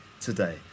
today